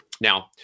Now